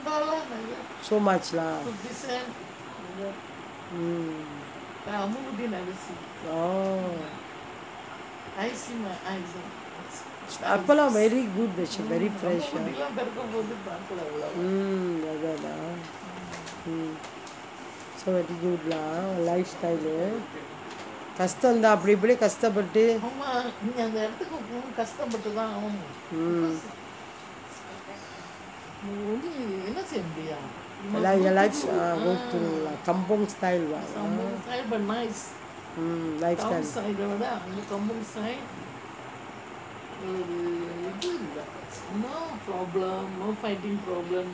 so much lah mm oh அப்போ லாம்:appo laam very good vegetable very fresh ah like that lah mm soo good lah life style uh கஷ்டம் தான் அப்டி இப்டி கஷ்ட பட்டு:kashtam thaan apdi ipdi kashta pattu mm ya lah kampung style lah mm nice style